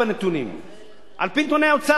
על-פי נתוני האוצר, אגב, ששר האוצר אמר,